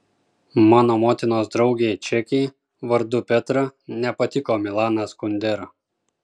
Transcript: mano motinos draugei čekei vardu petra nepatiko milanas kundera